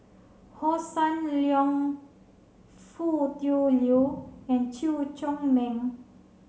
Hossan Leong Foo Tui Liew and Chew Chor Lin